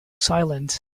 silent